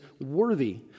worthy